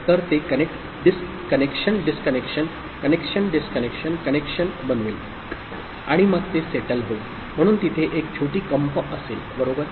तर ते connection disconnection connection disconnection connection बनवेल आणि मग ते सेटल होईल म्हणून तिथे एक छोटी कंप असेल बरोबर